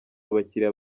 abakiriya